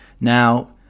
Now